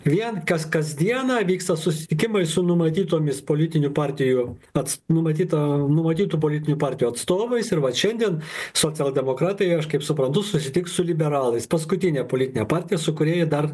vien kas kasdieną vyksta susitikimai su numatytomis politinių partijų ats numatyta numatytų politinių partijų atstovais ir vat šiandien socialdemokratai aš kaip suprantu susitiks su liberalais paskutinė politinė partija su kuria ji dar